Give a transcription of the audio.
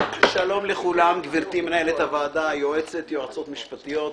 שלום לכולם, גברתי מנהלת הוועדה, יועצות משפטיות,